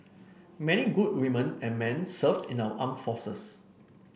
many good women and men serve in our armed forces